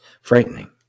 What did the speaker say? frightening